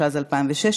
התשע"ז 2016,